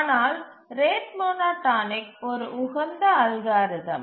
ஆனால் rate monotonic ஒரு உகந்த அல்காரிதம்